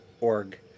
org